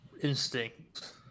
instinct